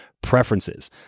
preferences